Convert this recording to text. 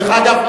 דרך אגב,